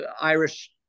Irish